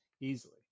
easily